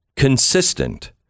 Consistent